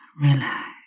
relax